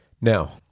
now